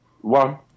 one